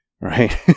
right